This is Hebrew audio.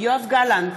יואב גלנט,